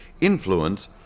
influence